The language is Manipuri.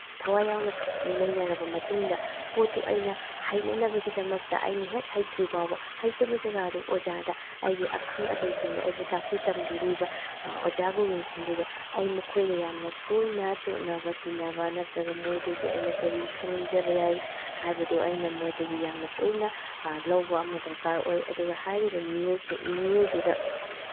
ꯊꯋꯥꯏ ꯌꯥꯎꯅ ꯅꯩꯅꯔꯕ ꯃꯇꯨꯡꯗ ꯄꯣꯠꯇꯨ ꯑꯩꯅ ꯍꯩꯅꯅꯕꯒꯤꯗꯃꯛꯇ ꯑꯩꯅ ꯍꯦꯛ ꯍꯩꯇ꯭ꯔꯤ ꯐꯥꯎꯕ ꯍꯩꯇꯕ ꯖꯒꯥꯗꯨ ꯑꯣꯖꯥꯗ ꯑꯩꯒꯤ ꯑꯈꯪ ꯑꯍꯩꯁꯤꯡꯗ ꯑꯩꯕꯨ ꯇꯥꯛꯄꯤ ꯇꯝꯕꯤꯔꯤꯕ ꯑꯣꯖꯥ ꯒꯨꯔꯨꯁꯤꯡꯗꯨꯗ ꯑꯩ ꯃꯈꯣꯏꯒ ꯌꯥꯝꯅ ꯇꯣꯏꯅ ꯇꯣꯠꯅꯕ ꯇꯤꯟꯅꯕ ꯅꯠꯇ꯭ꯔꯒ ꯃꯣꯏꯗꯒꯤ ꯑꯩꯅ ꯀꯔꯤ ꯈꯪꯖꯕ ꯌꯥꯏ ꯍꯥꯏꯕꯗꯨ ꯑꯩꯅ ꯃꯣꯏꯗꯒꯤ ꯌꯥꯝꯅ ꯇꯣꯏꯅ ꯂꯧꯕ ꯑꯃ ꯗꯔꯀꯥꯔ ꯑꯣꯏ ꯑꯗꯨꯒ ꯍꯥꯏꯔꯤꯕ ꯃꯤꯑꯣꯏꯗꯨꯗ